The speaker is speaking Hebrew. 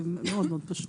זה מאוד-מאוד פשוט.